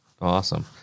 Awesome